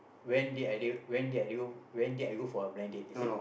when did I go when did I go when did I go a blind date is it